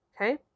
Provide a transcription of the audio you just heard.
Okay